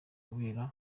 kubera